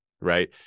right